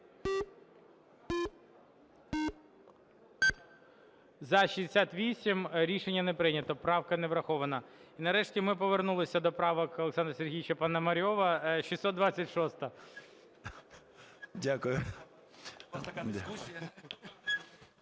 За-68 Рішення не прийнято. Правка не врахована. І, нарешті, ми повернулися до правок Олександра Сергійовича Пономарьова. 626-а.